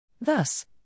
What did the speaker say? Thus